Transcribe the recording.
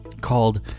called